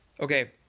Okay